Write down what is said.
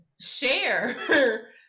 share